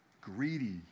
greedy